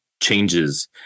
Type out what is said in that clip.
changes